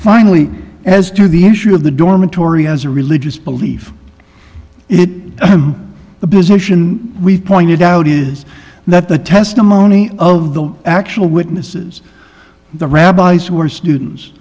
finally as to the issue of the dormitory as a religious belief it the position we pointed out is that the testimony of the actual witnesses the rabbis who were students